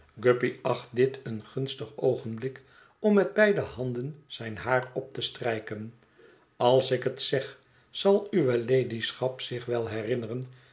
guppy acht dit een gunstig oogenblik om met beide handen zijn haar op te strijken als ik het zeg zal uwe ladyschap zich wel herinneren